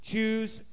Choose